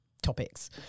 Topics